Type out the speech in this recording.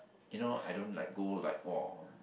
you know I don't like go like !wah!